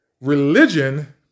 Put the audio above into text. religion